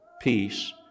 peace